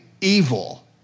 evil